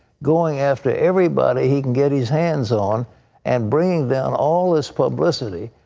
going after everybody he can get his hands on and bringing down all this publicity.